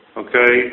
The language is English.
okay